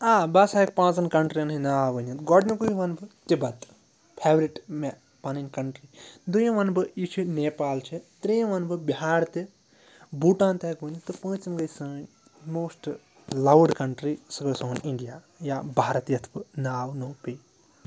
آ بہٕ ہَسا ہیٚکہٕ پانٛژَن کَنٹریَن ہٕنٛدۍ ناو ؤنِتھ گۄڈنیُکُے وَنہٕ بہٕ تِبَت فٮ۪ورِٹ مےٚ پَنٕنۍ کَنٹری دوٚیِم وَنہٕ بہٕ یہِ چھُ نیپال چھِ ترٛیِم وَنہٕ بہٕ بِہار تہِ بوٗٹان تہِ ہیٚکہٕ ؤنِتھ تہٕ پوٗنٛژِم گٔے سٲنۍ موسٹہٕ لَوڈ کَنٹرٛی سُہ گٔے سون اِنڈیا یا بھارَت یِتھ بہٕ ناو نوٚو پیٚیہِ